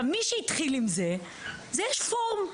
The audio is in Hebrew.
מי שהתחיל עם זה, יש פורום,